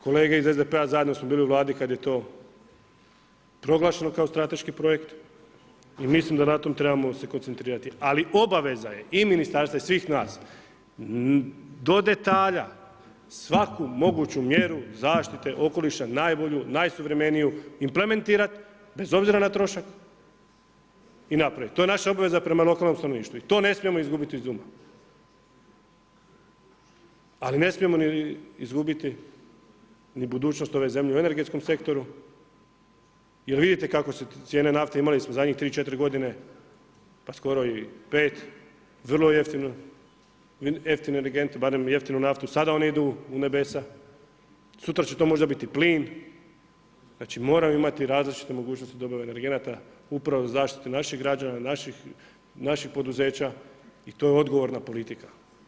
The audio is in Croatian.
Kolege iz SDP-a zajedno smo bili u Vladi kad je to proglašeno kao strateški projekt i mislim da na tom trebamo se koncentrirati, ali obaveza je i ministarstva i svih nas do detalja, svaku moguću mjeru zaštite okoliša, najbolju, najsuvremeniju implementirat, bez obzira na trošak i napravit, to je naša obaveza prema lokalnom stanovništvu i to ne smijemo izgubiti iz uma, ali ne smijemo izgubiti ni budućnost ove zemlje u energetskom sektoru jer vidite kako se cijene nafte imali smo zadnjih 3,4 g. pa skoro i 5 vrlo jeftino, jeftini energenti, barem jeftinu naftu, sada oni idu u nebesa, sutra će to možda biti i plin, znači moramo imati različite mogućnosti u dobavi energenata, upravo za zaštitu naših građana, naših poduzeća i to je odgovorna politika.